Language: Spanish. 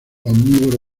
omnívoro